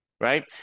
right